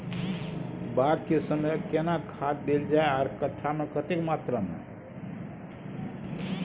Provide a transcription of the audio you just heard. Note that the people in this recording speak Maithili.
बाग के समय केना खाद देल जाय आर कट्ठा मे कतेक मात्रा मे?